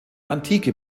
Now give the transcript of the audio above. antike